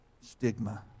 stigma